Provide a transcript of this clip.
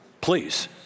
Please